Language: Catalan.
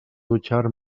dutxar